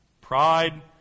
Pride